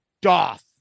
Doth